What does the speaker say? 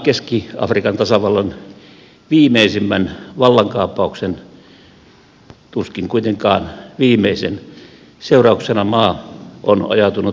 keski afrikan tasavallan viimevuotisen viimeisimmän vallankaappauksen tuskin kuitenkaan viimeisen seurauksena maa on ajautunut aseistettujen ryhmien käsiin